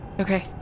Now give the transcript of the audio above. Okay